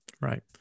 Right